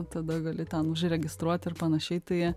tada gali ten užregistruot ir panašiai tai